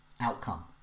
outcome